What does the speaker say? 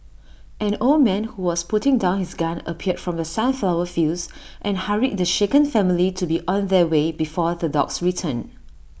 an old man who was putting down his gun appeared from the sunflower fields and hurried the shaken family to be on their way before the dogs return